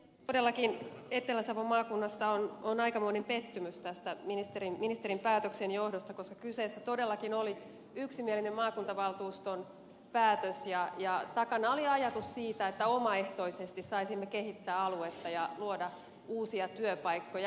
todellakin etelä savon maakunnassa on aikamoinen pettymys tämän ministerin päätöksen johdosta koska kyseessä todellakin oli yksimielinen maakuntavaltuuston päätös ja takana oli ajatus siitä että omaehtoisesti saisimme kehittää aluetta ja luoda uusia työpaikkoja